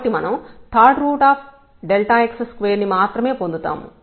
కాబట్టి మనం 3x2 ని మాత్రమే పొందుతాము